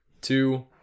two